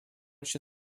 się